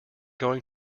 going